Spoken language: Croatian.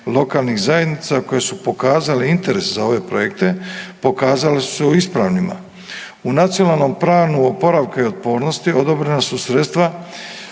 lokalnih zajednica koje su pokazale interes za ove projekte pokazale su se ispravnima. U Nacionalnom planu oporavka i otpornosti odobrena su sredstva